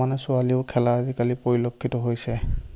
সমানে ছোৱালীয়েও খেলা আজিকালি পৰিলক্ষিত হৈছে